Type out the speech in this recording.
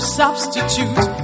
substitute